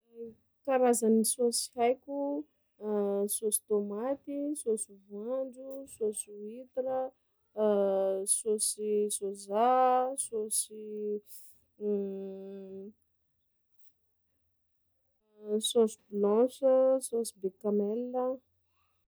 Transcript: Karazany saosy haiko: saosy tômaty, saosy voanjo, saosy huitre, saosy sôza, saosy saosy blanche, saosy becanelle.